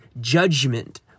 judgment